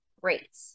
great